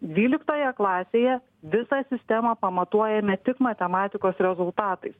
dvyliktoje klasėje visą sistemą pamatuojame tik matematikos rezultatais